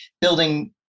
building